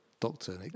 Doctor